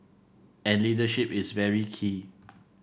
and leadership is very key